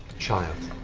child,